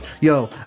yo